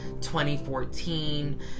2014